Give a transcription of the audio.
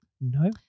No